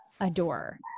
adore